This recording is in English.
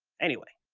anyway,